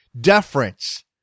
deference